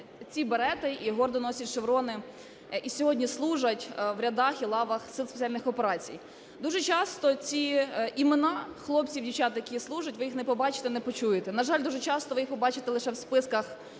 ці берети і гордо носять шеврони, і сьогодні служать в рядах і лавах Сил спеціальних операцій. Дуже часто ці імена хлопців і дівчат, які служать, ви їх не побачите і не почуєте. На жаль, дуже часто ви їх побачите лише в списках